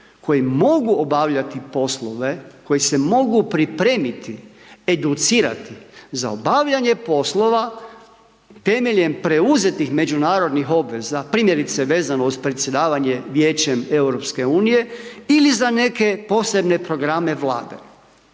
koji mogu obavljati poslove, koji se mogu pripremiti, educirati za obavljanje poslova temeljem preuzetih međunarodnih obveza, primjerice, vezano uz predsjedavanje Vijećem EU ili za neke Posebne programe Vlade.